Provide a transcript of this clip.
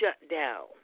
shutdown